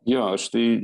jo aš tai